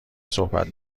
صحبت